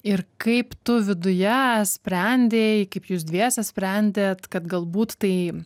ir kaip tu viduje sprendei kaip jūs dviese sprendėt kad galbūt tai